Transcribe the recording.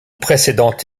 précédente